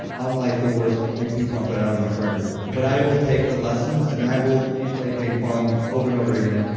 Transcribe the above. i'm like the worst ping ping pong player out of my friend group, but i will take the lessons and i will be playing ping pong over and over again,